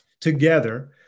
together